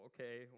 okay